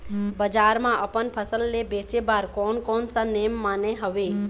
बजार मा अपन फसल ले बेचे बार कोन कौन सा नेम माने हवे?